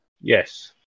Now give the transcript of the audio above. yes